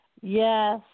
Yes